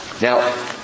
Now